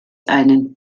einen